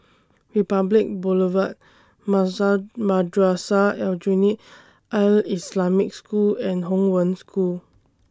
Republic Boulevard Madrasah Aljunied Al Islamic School and Hong Wen School